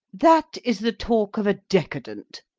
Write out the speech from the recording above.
that is the talk of a decadent.